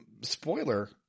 spoiler